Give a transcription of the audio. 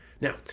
now